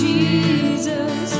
Jesus